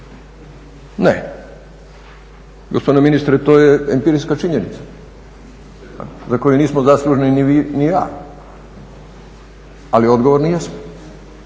ne. Gospodine ministre to je empirijska činjenica za koju nismo zaslužni ni vi ni ja, ali odgovorni jesmo